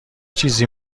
چیزی